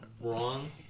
wrong